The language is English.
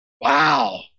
Wow